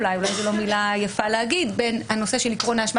אולי זו לא מילה יפה לומר בין הנושא של עיקרון האשמה